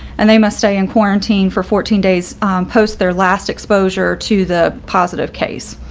and they must stay in quarantine for fourteen days post their last exposure to the positive case.